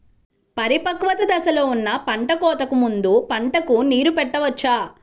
పరిపక్వత దశలో ఉన్న పంట కోతకు ముందు పంటకు నీరు పెట్టవచ్చా?